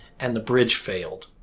and the bridge failed.